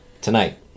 tonight